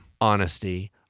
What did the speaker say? honesty